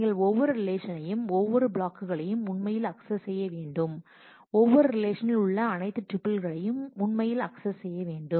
நீங்கள் ஒவ்வொரு ரிலேஷனையும் ஒவ்வொரு பிளாக்குகளையும் உண்மையில் அக்சஸ் செய்ய வேண்டும் ஒவ்வொரு ரிலேஷனில் உள்ள அனைத்து டிப்யூல்களையும் உண்மையில் அக்சஸ் செய்ய வேண்டும்